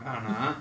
ஆனா:aanaa